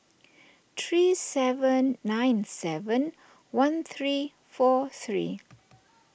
three seven nine seven one three four three